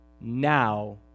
now